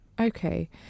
okay